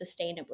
sustainably